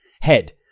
head